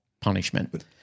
punishment